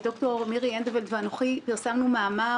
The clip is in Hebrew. ד"ר מירי אנדוולד ואנוכי פרסמנו מאמר